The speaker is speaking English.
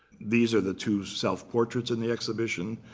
these are the two self-portraits in the exhibition.